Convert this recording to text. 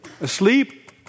asleep